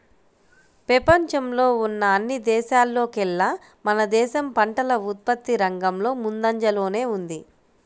పెపంచంలో ఉన్న అన్ని దేశాల్లోకేల్లా మన దేశం పంటల ఉత్పత్తి రంగంలో ముందంజలోనే ఉంది